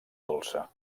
dolça